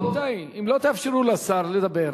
רבותי, אם לא תאפשרו לשר לדבר,